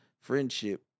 friendship